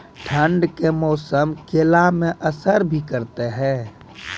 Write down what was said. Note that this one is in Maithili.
ठंड के मौसम केला मैं असर भी करते हैं?